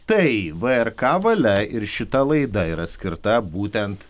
tai vrk valia ir šita laida yra skirta būtent